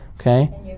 okay